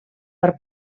per